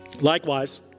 Likewise